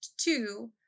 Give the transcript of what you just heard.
two